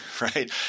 right